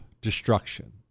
destruction